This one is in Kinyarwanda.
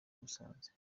musanze